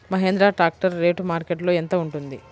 Mahindra tractor rate మార్కెట్లో యెంత ఉంటుంది?